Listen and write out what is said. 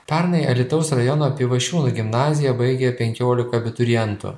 pernai alytaus rajono pivašiūnų gimnaziją baigė penkiolika abiturientų